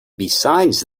besides